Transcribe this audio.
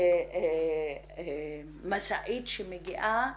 המשאית שמגיעה